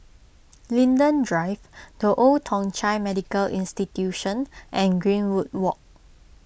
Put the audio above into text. Linden Drive the Old Thong Chai Medical Institution and Greenwood Walk